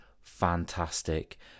fantastic